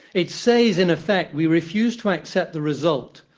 it says, in effect, we refuse to accept the result,